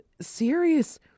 serious